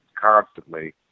constantly